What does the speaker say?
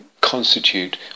constitute